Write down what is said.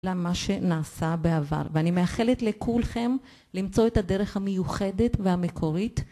למה שנעשה בעבר ואני מאחלת לכולכם למצוא את הדרך המיוחדת והמקורית